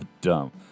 dumb